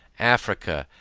africa,